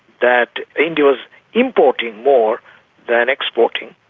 that india was importing more than exporting.